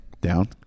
down